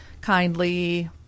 kindly